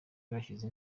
bashyize